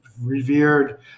revered